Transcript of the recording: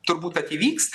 turbūt kad įvyks